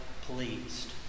pleased